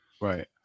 Right